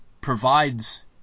provides